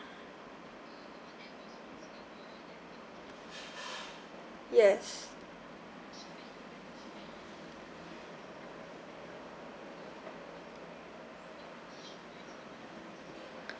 yes